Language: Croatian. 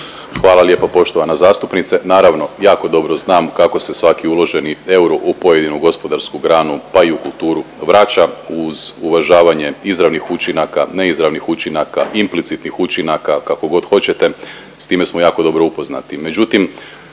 Hvala lijepo poštovana zastupnice. Naravno jako dobro znam kako se svaki uloženi euro u pojedinu gospodarsku granu pa i u kulturu vraća uz uvažavanje izravnih učinaka, neizravnih učinaka, implicitnih učinaka kako god hoćete s time smo jako dobro upoznati.